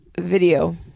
video